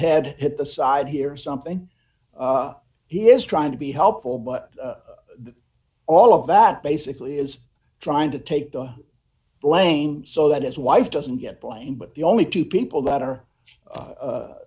head hit the side here something he is trying to be helpful but all of that basically is trying to take the blame so that his wife doesn't get blamed but the only two people that are